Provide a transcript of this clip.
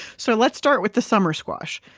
so let's start with the summer squash.